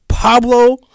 Pablo